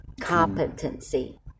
competency